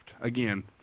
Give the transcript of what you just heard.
Again